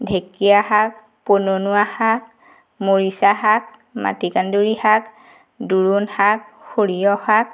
ঢেঁকীয়া শাক পুননোৱা শাক মৰিছা শাক মাটি কান্দুৰী শাক দোৰোণ শাক সৰিয়হ শাক